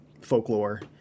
folklore